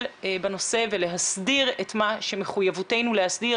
בנושא ולהסדיר את מה שמחויבותנו להסדיר,